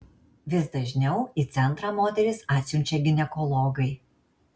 vis dažniau į centrą moteris atsiunčia ginekologai